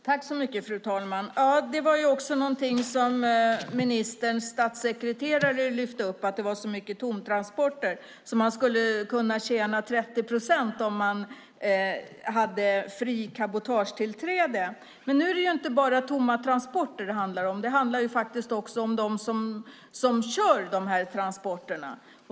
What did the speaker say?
Fru talman! Ministerns statssekreterare lyfte också upp att det var så många tomtransporter. Man skulle kunna tjäna 30 procent om det fanns fritt cabotagetillträde. Men nu handlar det inte bara om tomma transporter utan det handlar faktiskt också om de som kör transporterna.